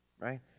Right